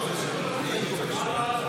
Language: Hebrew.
אוהד,